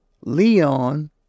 Leon